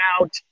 out